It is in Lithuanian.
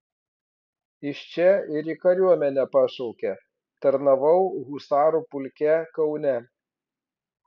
iš čia ir į kariuomenę pašaukė tarnavau husarų pulke kaune